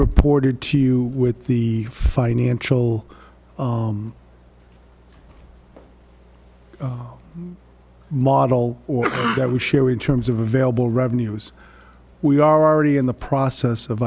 reported to you with the financial model or that we share in terms of available revenues we are already in the process of